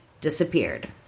disappeared